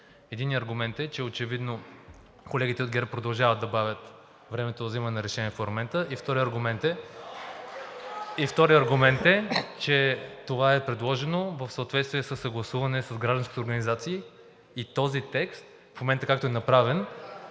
Единият аргумент е, че очевидно колегите от ГЕРБ продължават да бавят времето на взимане на решение в парламента. (Шум и реплики от ГЕРБ-СДС.) И вторият аргумент е, че това е предложено в съответствие със съгласуване с гражданските организации и този текст, в момента както е направен,